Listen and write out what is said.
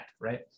right